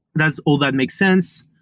does all that make sense?